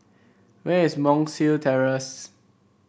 where is Monk's Hill Terrace